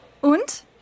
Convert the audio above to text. Und